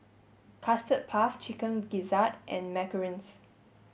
custard puff chicken gizzard and Macarons